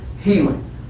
healing